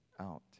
out